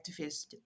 activist